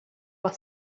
were